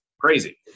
crazy